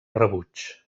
rebuig